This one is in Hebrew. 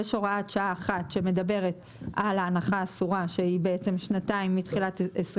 יש הוראת שעה אחת שמדברת על ההנחה האסורה שהיא בעצם שנתיים מתחילת 2024,